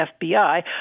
FBI